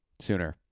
sooner